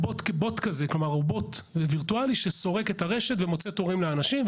אבל למה אתם צריכים את התורים?